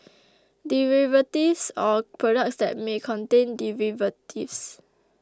derivatives or products that may contain derivatives